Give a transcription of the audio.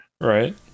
Right